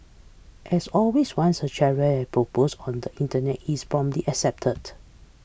as always once a has propose on the Internet is promptly accepted